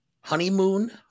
Honeymoon